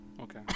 Okay